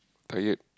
tired